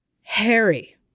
Harry